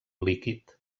líquid